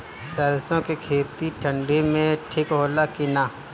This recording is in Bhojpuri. सरसो के खेती ठंडी में ठिक होला कि ना?